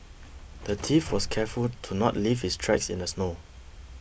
the thief was careful to not leave his tracks in the snow